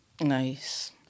nice